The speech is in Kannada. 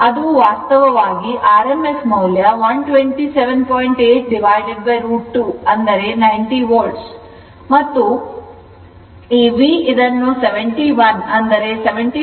ಅದು ವಾಸ್ತವವಾಗಿ 90 volt ಮತ್ತು ಈ VI ಇದನ್ನು 71 ಎಂದರೆ 70